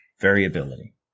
variability